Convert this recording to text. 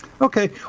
Okay